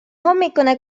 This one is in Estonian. hommikune